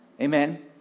Amen